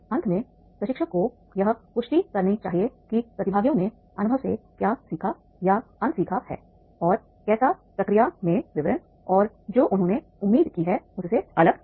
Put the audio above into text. अंत में प्रशिक्षक को यह पुष्टि करनी चाहिए कि प्रतिभागियों ने अनुभव से क्या सीखा या अन सीखा है और और कैसा प्रक्रिया में विवरण और जो उन्होंने उम्मीद की है उससे अलग है